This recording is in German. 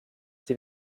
sie